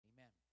Amen